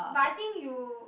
but I think you